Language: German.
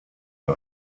der